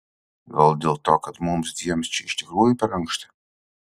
gal dėl to kad mums dviem čia iš tikrųjų per ankšta